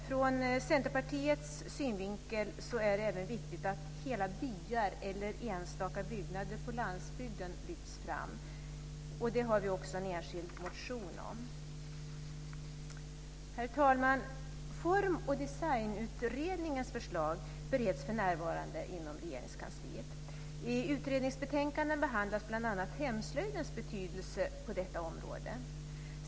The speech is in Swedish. Vi i Centerpartiet tycker också att det är viktigt att hela byar eller enstaka byggnader på landsbygden lyfts fram, och det har vi också en enskild motion om. Herr talman! Form och designutredningens förslag bereds för närvarande inom Regeringskansliet. I utredningsbetänkandena behandlas bl.a. hemslöjdens betydelse på detta område.